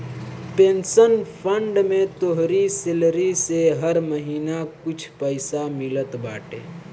pension fund में तोहरी salary से हर महिना कुछ पईसा मिलत बाटे